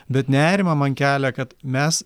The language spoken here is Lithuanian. bet nerimą man kelia kad mes